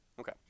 Okay